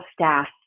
staff